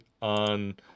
on